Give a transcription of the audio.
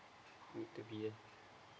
need to be at